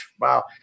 wow